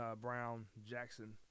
Brown-Jackson